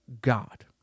God